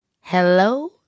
Hello